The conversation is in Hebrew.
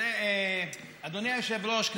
אדוני היושב-ראש, בבקשה.